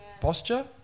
posture